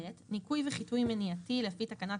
;(ב) ניקוי וחיטוי מניעתי לפי תקנת